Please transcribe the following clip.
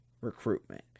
recruitment